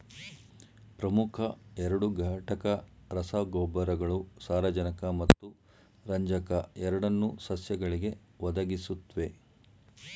ಪ್ರಮುಖ ಎರಡು ಘಟಕ ರಸಗೊಬ್ಬರಗಳು ಸಾರಜನಕ ಮತ್ತು ರಂಜಕ ಎರಡನ್ನೂ ಸಸ್ಯಗಳಿಗೆ ಒದಗಿಸುತ್ವೆ